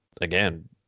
again